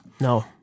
No